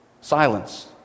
silence